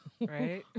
Right